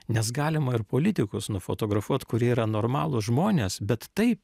nes galima ir politikus nufotografuot kurie yra normalūs žmonės bet taip